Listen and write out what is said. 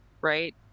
right